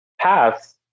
paths